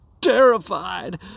terrified